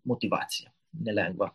motyvacija nelengva